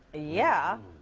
yeah.